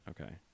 Okay